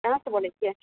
कहाँ सँ बोलै छियै